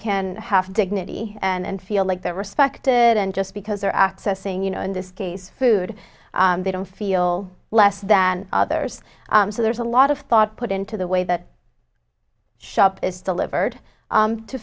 can have dignity and feel like they're respected and just because they're accessing you know in this case food they don't feel less than others so there's a lot of thought put into the way that shop is delivered